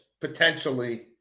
potentially